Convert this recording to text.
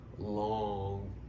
Long